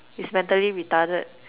it's mentally retarded